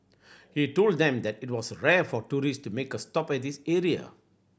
he told them that it was rare for tourist to make a stop at this area